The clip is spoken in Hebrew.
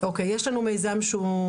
יש לנו מיזם שהוא,